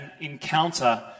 encounter